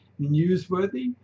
newsworthy